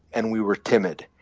and we were timid.